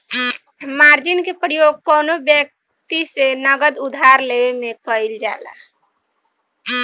margin के प्रयोग कौनो व्यक्ति से नगद उधार लेवे में कईल जाला